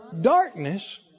darkness